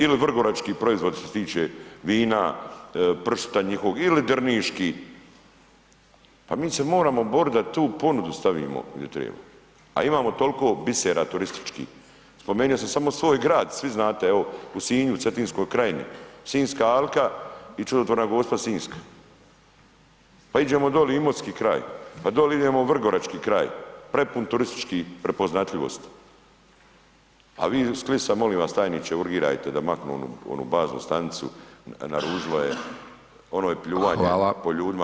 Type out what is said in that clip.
Ili vrgorački proizvodi što se tiče vina, pršuta njihovog ili drniški, pa mi se moramo borit da tu ponudu stavi gdje treba, a imamo toliko bisera turističkih, spomenio sam samo svoj grad svi znate evo u Sinju u Cetinskoj krajini, Sinjska alka i čudotvorna Gospa Sinjska, pa iđemo doli Imotski kraj, pa doli idemo u Vrgorački kraj prepun turističkih prepoznatljivosti, a vi iz Klisa molim vas tajniče urgirajte da maknu onu baznu stanicu naružila je ono je pljuvanje [[Upadica: Hvala.]] po ljudima.